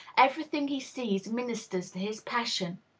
every thing he sees ministers to his passion.